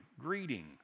greeting